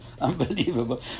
unbelievable